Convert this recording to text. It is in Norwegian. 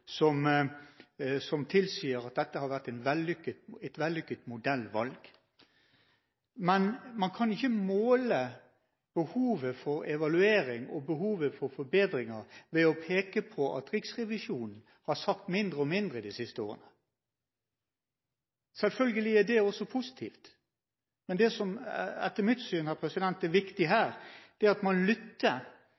som tilsier at dette har vært et vellykket modellvalg. Men man kan ikke måle behovet for evaluering og behovet for forbedringer ved å peke på at Riksrevisjonen har sagt mindre og mindre de siste årene. Selvfølgelig er det også positivt, men det som etter mitt syn er viktig her,